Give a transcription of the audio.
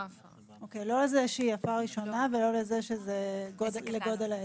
הפרה ראשונה ולא לגודל העסק.